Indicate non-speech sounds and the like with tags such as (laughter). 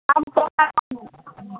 (unintelligible)